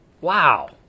wow